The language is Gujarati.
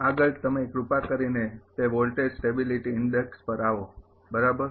આગળ તમે કૃપા કરીને તે વોલ્ટેજ સ્ટેબિલીટી ઇન્ડેક્ષ પર આવો બરાબર